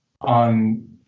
on